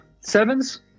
sevens